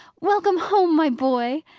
welcome home, my boy!